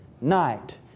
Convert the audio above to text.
night